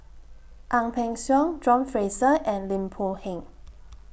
Ang Peng Siong John Fraser and Lim Boon Heng